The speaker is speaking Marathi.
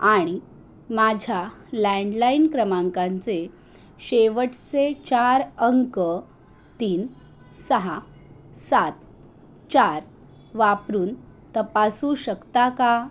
आणि माझ्या लँडलाईन क्रमांकाचे शेवटचे चार अंक तीन सहा सात चार वापरून तपासू शकता का